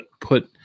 put